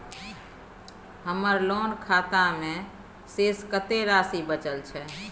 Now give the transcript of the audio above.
हमर लोन खाता मे शेस कत्ते राशि बचल छै?